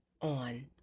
on